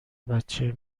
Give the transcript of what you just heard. بچه